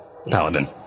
Paladin